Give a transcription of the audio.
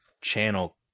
channel